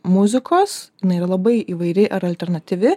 muzikos jinai yra labai įvairi ar alternatyvi